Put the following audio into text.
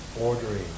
ordering